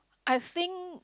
I think